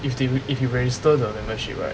if they if you register the membership right